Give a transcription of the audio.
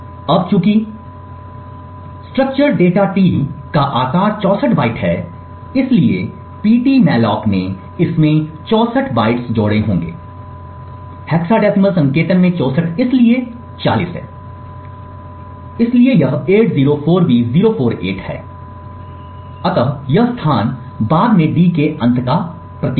अब चूंकि structure data T का आकार 64 बाइट्स है इसलिए इसलिए Ptmalloc ने इसमें 64 बाइट्स जोड़े होंगे हेक्साडेसिमल संकेतन में 64 इसलिए 40 है इसलिए यह 804B048 है इसलिए यह स्थान बाद में d के अंत का प्रतीक है